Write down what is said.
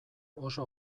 oso